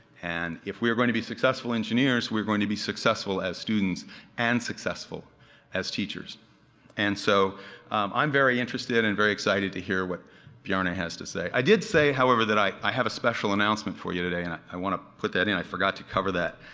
and if we are going to be successful engineers, we are going to be successful as students and successful as teachers and so i'm very interested and very excited to hear what bjarne has to say. i did say, however, that i i have a special announcement for you today and i want to put that in, i forgot to cover that,